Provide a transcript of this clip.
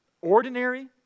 ordinary